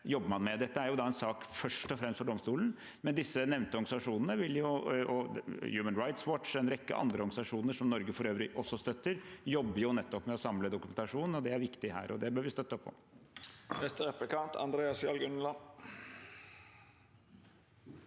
Dette er en sak først og fremst for domstolen, men de nevnte organisasjonene, Human Rights Watch og en rekke andre organisasjoner, som Norge for øvrig også støtter, jobber nettopp med å samle dokumentasjon. Det er viktig her, og det bør vi støtte opp om. Ni ls T. Bjørke hadde